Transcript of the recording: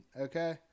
okay